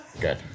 Good